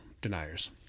deniers